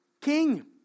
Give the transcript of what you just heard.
king